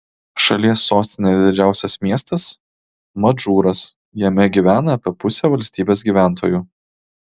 šalies sostinė ir didžiausias miestas madžūras jame gyvena apie pusę valstybės gyventojų